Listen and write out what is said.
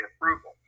approval